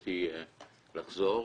עמיתתי לחזור,